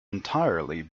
entirely